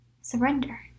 surrender